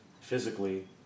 physically